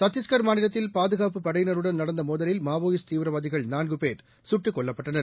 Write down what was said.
சத்திஷ்கர் மாநிலத்தில் பாதுகாப்புப் படையினருடன் நடந்தமோதலில் மாவோயிஸ்ட் தீவிரவாதிகள் நான்குபேர் சுட்டுக் கொல்லப்பட்டனர்